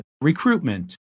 recruitment